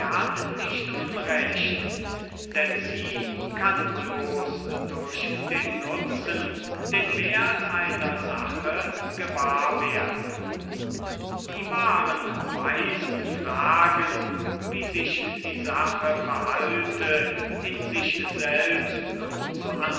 nicht unrecht denn sie kann bloß durch den nutzen den wert einer sache gewahr werden die wahren weisen fragen wie sich die sache verhalte in sich selbst und